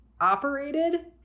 operated